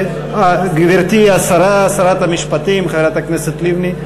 גברתי השרה, שרת המשפטים, חברת הכנסת לבני,